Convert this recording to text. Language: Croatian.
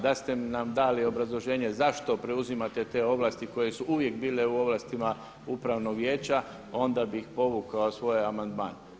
Da ste nam dali obrazloženje zašto preuzimate te ovlasti koje su uvijek bile u ovlastima upravnog vijeća onda bih povukao svoj amandman.